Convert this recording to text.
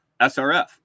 srf